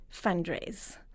fundraise